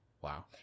Wow